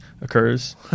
occurs